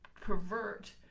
pervert